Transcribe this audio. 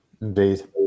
Indeed